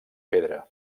pedra